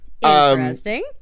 Interesting